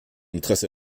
interesse